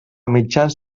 mitjans